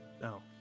No